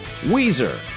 Weezer